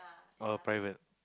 err private